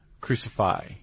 Crucify